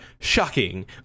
shocking